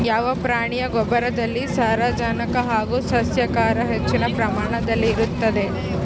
ಯಾವ ಪ್ರಾಣಿಯ ಗೊಬ್ಬರದಲ್ಲಿ ಸಾರಜನಕ ಹಾಗೂ ಸಸ್ಯಕ್ಷಾರ ಹೆಚ್ಚಿನ ಪ್ರಮಾಣದಲ್ಲಿರುತ್ತದೆ?